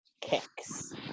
kicks